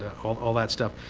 all all that stuff.